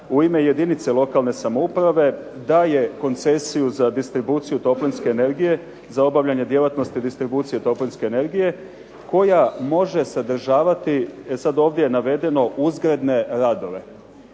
u ime jedinice lokalne samouprave daje koncesiju za distribuciju toplinske energije, za obavljanje djelatnosti distribucije toplinske energije koja može sadržavati, e sada je ovdje navedeno uzgredne radove.